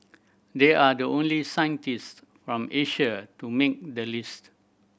they are the only scientist from Asia to make the list